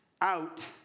out